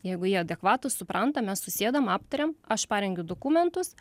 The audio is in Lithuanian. jeigu jie adekvatūs supranta mes susėdam aptariam aš parengiu dokumentus